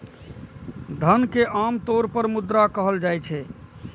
धन कें आम तौर पर मुद्रा कहल जाइ छै